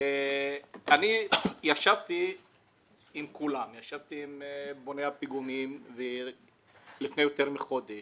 ואני ישבתי עם כולם ישבתי עם בוני הפיגומים לפני יותר מחודש,